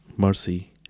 mercy